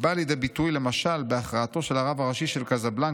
היא באה לידי ביטוי למשל בהכרעתו של הרב הראשי של קזבלנקה,